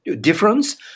difference